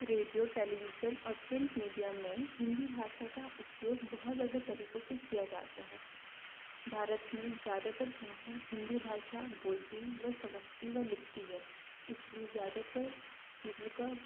radio television और print media में हिंदी भाषा का उपयोग बहुत ज़्यादा तरीक़ों से किया जाता है भारत में ज़्यादातर संख्या हिंदी भाषा भोलती व समझती व लिखती हैं इस लिए ज़्यादातर चिज़ों का